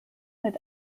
mit